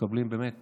שמקבלים באמת